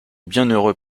bienheureux